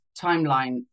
timeline